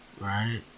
Right